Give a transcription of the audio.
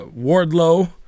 Wardlow